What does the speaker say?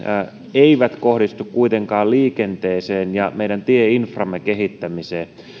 eivät kohdistu kuitenkaan liikenteeseen ja meidän tieinframme kehittämiseen